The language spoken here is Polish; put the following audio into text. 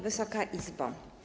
Wysoka Izbo!